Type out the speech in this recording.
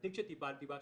בתיק שטיפלתי בה,